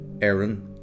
Aaron